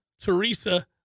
Teresa